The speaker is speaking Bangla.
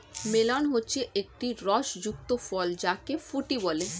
মেলন হচ্ছে একটি রস যুক্ত ফল যাকে ফুটি বলে